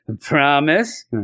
Promise